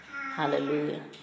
Hallelujah